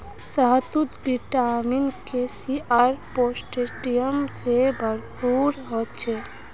शहतूत vitamin K, C आर potassium से भरपूर ह छे